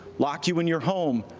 lock you in your home,